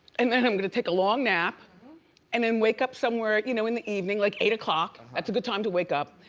and then i'm gonna take a long nap and then wake up somewhere you know in the evening, like eight o'clock, that's a good time to wake up.